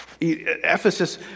Ephesus